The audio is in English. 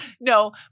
No